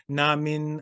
namin